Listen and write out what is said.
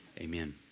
amen